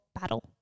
battle